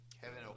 Kevin